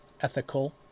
ethical